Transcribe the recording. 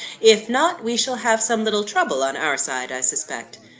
if not, we shall have some little trouble on our side, i suspect.